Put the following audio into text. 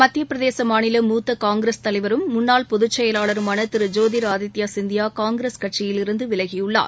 மத்திய பிரதேச மாநில மூத்த காங்கிரஸ் தலைவரும் முன்னாள் பொதுச் செயலாளருமான திரு ஜோதிர் ஆதித்ய சிந்தியா காங்கிரஸ் கட்சியிலிருந்து விலகியுள்ளார்